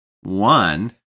One